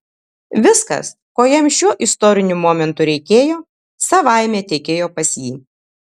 viskas ko jam šiuo istoriniu momentu reikėjo savaime tekėjo pas jį